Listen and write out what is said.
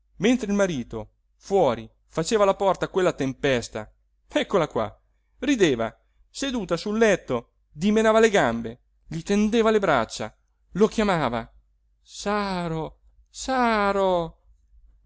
mentre il marito fuori faceva alla porta quella tempesta eccola qua rideva seduta sul letto dimenava le gambe gli tendeva le braccia lo chiamava saro saro